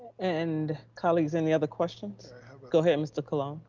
and colleagues, any other questions? i have a go ahead mr. colon.